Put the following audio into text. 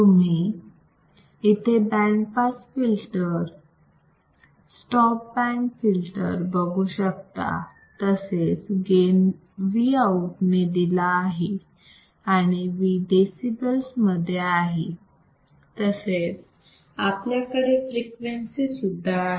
तुम्ही इथे pass band stop band बघू शकता तसेच गेन Vout ने दिला आहे आणि V decibels मध्ये आहे तसेच आपल्याकडे फ्रिक्वेन्सी सुद्धा आहे